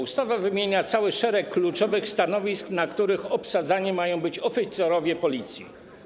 Ustawa wymienia cały szereg kluczowych stanowisk, na których obsadzani mają być oficerowie Policji.